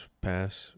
pass